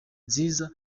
nziza